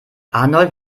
arnold